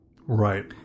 right